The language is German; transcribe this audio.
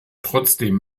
trotzdem